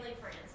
friends